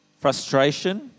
Frustration